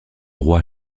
roi